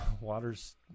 water's